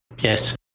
Yes